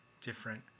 different